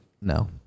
No